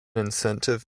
incentive